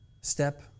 step